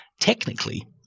technically